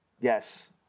Yes